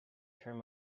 turn